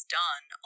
done